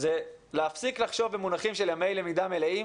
זה להפסיק לחשוב במונחים של ימי למידה מלאים